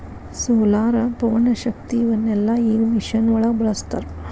solar, ಪವನಶಕ್ತಿ ಇವನ್ನೆಲ್ಲಾ ಈಗ ಮಿಷನ್ ಒಳಗ ಬಳಸತಾರ